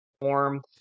form